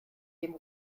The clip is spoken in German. dem